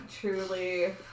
Truly